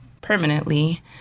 permanently